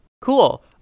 Cool